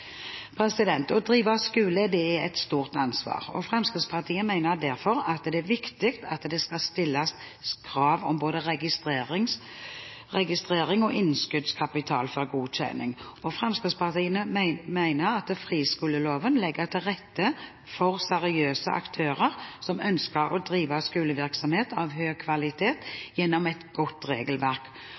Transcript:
skoleloven. Å drive skole er et stort ansvar, og Fremskrittspartiet mener derfor det er viktig at det skal stilles krav om både registrering og innskuddskapital før godkjenning. Fremskrittspartiet mener at friskoleloven legger til rette for seriøse aktører som ønsker å drive skolevirksomhet av høy kvalitet gjennom et godt regelverk